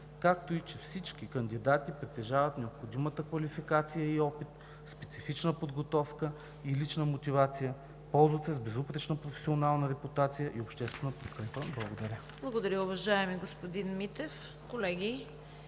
както и че всички кандидати притежават необходимата квалификация и опит, специфична подготовка и лична мотивация, ползват се с безупречна професионална репутация и обществена подкрепа.“ Благодаря. ПРЕДСЕДАТЕЛ ЦВЕТА КАРАЯНЧЕВА: Благодаря, уважаеми господин Митев. Колеги,